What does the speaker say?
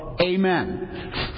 Amen